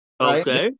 Okay